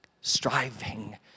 striving